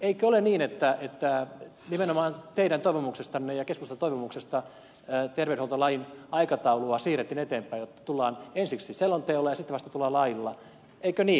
eikö ole niin että nimenomaan teidän toivomuksestanne ja keskustan toivomuksesta terveydenhuoltolain aikataulua siirrettiin eteenpäin jotta tullaan ensiksi selonteolla ja sitten vasta tullaan lailla eikö niin